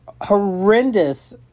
horrendous